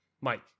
Mike